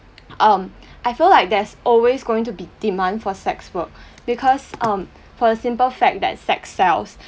um I feel like there's always going to be demand for sex work because um for the simple fact that sex sells